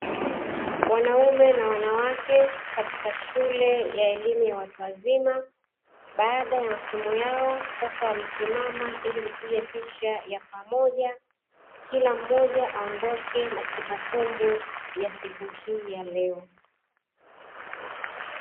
Wanaume na wanawake katika shule ya elimu ya watu wazima, baada ya masomo yao sasa wamesimama ili kupiga picha ya pamoja, kila mmoja aondoke na kumbukumbu ya siku hii ya leo.